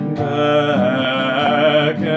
back